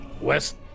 West